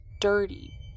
dirty